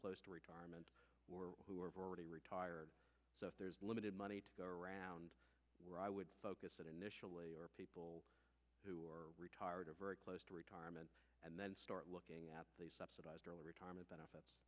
close to retirement or who are already retired so there's limited money to go around where i would focus it initially or people who are retired or very close to retirement and then start looking at subsidized early retirement benefits